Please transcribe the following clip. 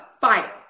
fire